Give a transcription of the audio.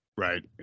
Right